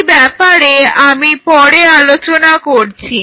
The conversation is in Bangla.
এই ব্যাপারে আমি পরে আলোচনা করছি